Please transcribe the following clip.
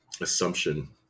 assumption